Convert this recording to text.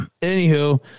Anywho